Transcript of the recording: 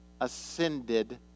ascended